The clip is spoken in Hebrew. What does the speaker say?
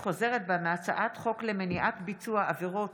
חוזרת בה מהצעת חוק למניעת ביצוע עבירות